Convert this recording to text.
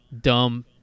dumb